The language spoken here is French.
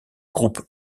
groupe